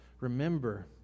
remember